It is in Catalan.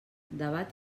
debat